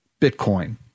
Bitcoin